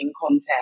content